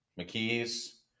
McKee's